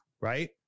right